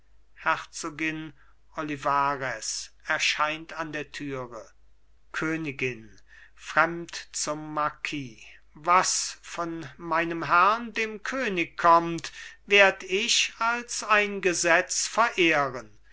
herzogin olvarez erscheint an der türe königin fremd zum marquis was von meinem herrn dem könig kommt werd ich als ein gesetz verehren